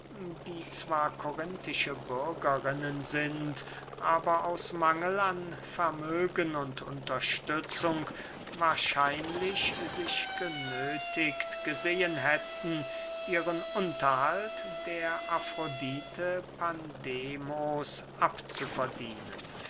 die zwar korinthische bürgerinnen sind aber aus mangel an vermögen und unterstützung wahrscheinlich sich genöthigt gesehen hätten ihren unterhalt der afrodite pandemos abzuverdienen